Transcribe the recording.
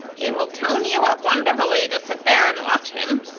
it will tone you up wonderfully to sit there and watch him.